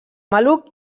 maluc